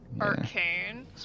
Arcane